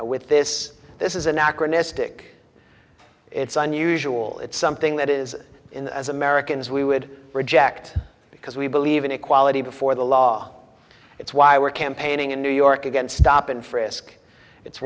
with this this is anachronistic it's unusual it's something that is in as americans we would reject because we believe in equality before the law it's why we're campaigning in new york against stop and frisk it's